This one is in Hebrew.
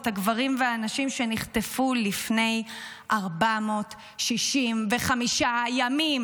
את הגברים והנשים שנחטפו לפני 465 ימים.